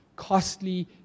costly